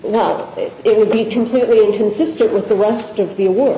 well it would be completely inconsistent with the rest of the war